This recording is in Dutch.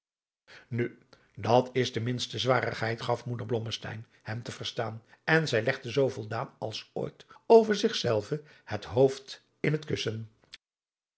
nu dat is de minste zwarigheid gaf moeder blommesteyn hem te verstaan en zij legde zoo voldaan als ooit over zich zelve het hoofd in het kussen